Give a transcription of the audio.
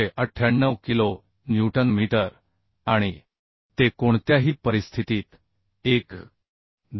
298 kilonewton metre आणि ते कोणत्याही परिस्थितीत 1